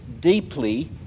deeply